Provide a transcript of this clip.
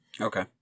Okay